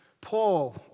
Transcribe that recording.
Paul